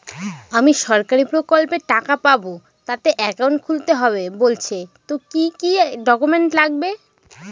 আমি সরকারি প্রকল্পের টাকা পাবো তাতে একাউন্ট খুলতে হবে বলছে তো কি কী ডকুমেন্ট লাগবে?